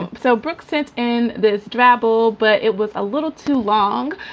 and so brooks sent in the strabo, but it was a little too long.